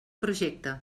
projecte